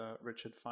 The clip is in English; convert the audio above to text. Richard